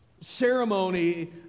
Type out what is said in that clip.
ceremony